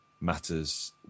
matters